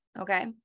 Okay